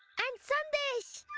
and sandesh!